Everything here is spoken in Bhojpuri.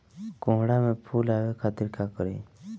कोहड़ा में फुल आवे खातिर का करी?